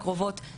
ומעבר לזה,